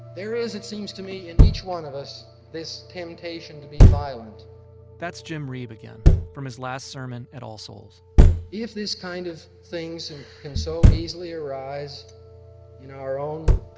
there is, it seems to me, in each one of us this temptation to be violent that's jim reeb again from his last sermon at all souls if these kind of things can so easily arise in our own